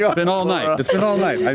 yeah been all night. it's been all night.